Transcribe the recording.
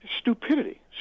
Stupidity